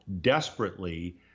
desperately